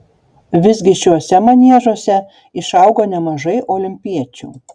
visgi šiuose maniežuose išaugo nemažai olimpiečių